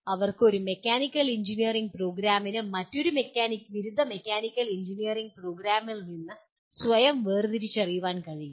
അവർക്ക് ഒരു mechanical engineering പ്രോഗ്രാമിന് മറ്റൊരു ബിരുദ മെക്കാനിക്കൽ എഞ്ചിനീയറിംഗ് പ്രോഗ്രാമിൽ നിന്ന് സ്വയം വേർതിരിച്ചറിയാൻ കഴിയും